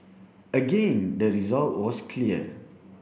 again the result was clear